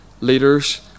leaders